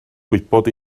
gwybod